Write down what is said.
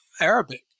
Arabic